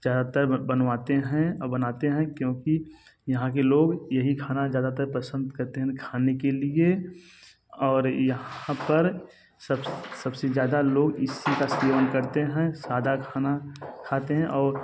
ज़्यादातर बनवाते हैं और बनाते हैं क्योंकि यहाँ के लोग यही खाना ज़्यादातर पसंद करते हैं खाने के लिए और यहाँ पर सब सब से ज़्यादा लोग इसी का सेवन करते हैं सादा खाना खाते हैं और